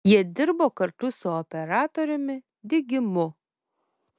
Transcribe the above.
jie dirbo kartu su operatoriumi digimu